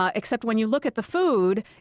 ah except when you look at the food